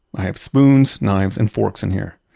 i have spoons, knives, and forks in here.